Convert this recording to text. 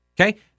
Okay